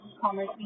commerce